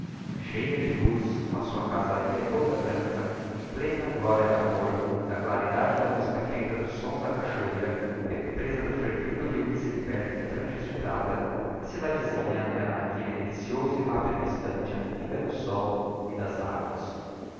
cheia de luz com a sua casaria toda branca em plena gloria da còr da claridade e da musica feita dos sons da cachoeira represa do fervido rio que se liberta em franjas de prata a cidadesinha era n'aquelle delicioso e rápido instante a filha do sol e das aguas